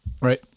Right